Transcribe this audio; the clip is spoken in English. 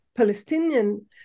Palestinian